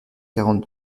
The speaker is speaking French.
quarante